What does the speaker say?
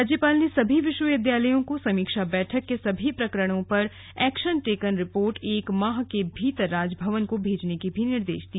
राज्यपाल ने सभी विश्वविद्यालयों को समीक्षा बैठक के सभी प्रकरणों पर एक्शन टेकन रिपोर्ट एक माह के भीतर राजभवन को भेजने के निर्देश दिए